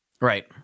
Right